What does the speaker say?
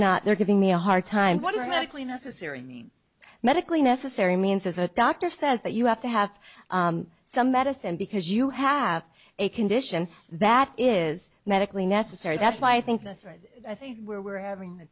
no they're giving me a hard time what is medically necessary medically necessary means as a doctor says that you have to have some medicine because you have a condition that is medically necessary that's why i think that's right i think where we're having the